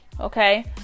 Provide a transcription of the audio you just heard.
okay